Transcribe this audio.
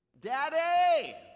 Daddy